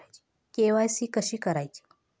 KYC कशी करायची?